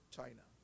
China